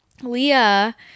leah